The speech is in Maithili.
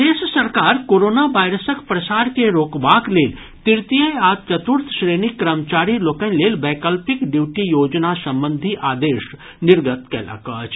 प्रदेश सरकार कोरोना वायरसक प्रसार के रोकबाक लेल तृतीय आ चतुर्थ श्रेणीक कर्मचारी लोकनि लेल वैकल्पिक ड्यूटी योजना संबंधी आदेश निर्गत कयलक अछि